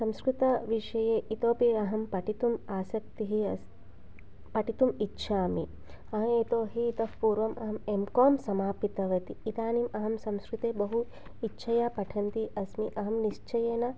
संस्कृतविषये इतोऽपि अहं पठितुम् आसक्तिः अस् पठितुम् इच्छामि यतोहि इतःपूर्वम् अहं एम् काम् समापितवती इदानीम् अहं संस्कृते बहु इच्छया पठन्ति अस्मि अहं निश्चयेन